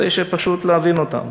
פשוט כדי להבין אותה: